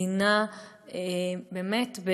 באמת,